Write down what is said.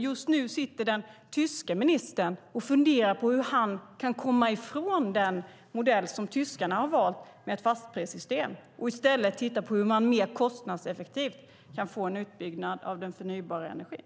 Just nu sitter den tyska ministern och funderar på hur han kan komma ifrån den modell med ett fastprissystem som tyskarna har valt och i stället mer kostnadseffektivt få en utbyggnad av den förnybara energin.